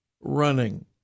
running